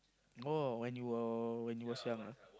oh when you were when you was young ah